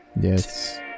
Yes